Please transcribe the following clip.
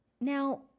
Now